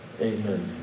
Amen